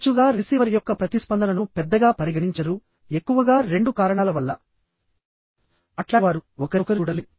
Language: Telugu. తరచుగా రిసీవర్ యొక్క ప్రతిస్పందనను పెద్దగా పరిగణించరు ఎక్కువగా రెండు కారణాల వల్ల మాట్లాడేవారు ఒకరినొకరు చూడలేరు